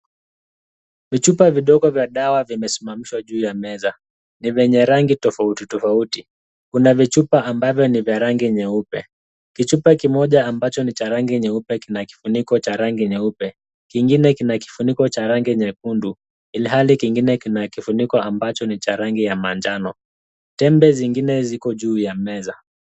Vichupa vidogo vya dawa vimesimamishwa juu ya meza. Ni vyenye rangi tofauti tofauti. Kuna vichupa ambavyo ni vya rangi nyeupe. Kichupa kimoja ambacho ni cha rangi nyeupe kina kifuniko cha rangi nyeupe. Kingine kina kifuniko cha rangi nyekundu, ilhali kingine kina kifuniko ambacho ni cha rangi ya manjano. Tembe zingine ziko juu ya meza.